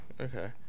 Okay